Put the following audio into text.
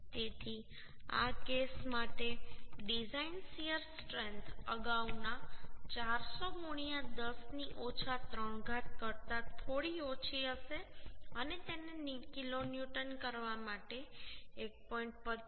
તેથી આ કેસ માટે ડિઝાઈન શીયર સ્ટ્રેન્થ અગાઉના 400 10 ની ઓછા 3 ઘાત કરતા થોડી ઓછી હશે અને તેને કિલોન્યુટન કરવા માટે 1